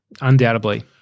Undoubtedly